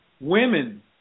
Women